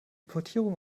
portierung